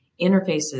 interfaces